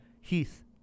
Heath